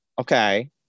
Okay